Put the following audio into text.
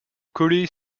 collées